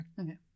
Okay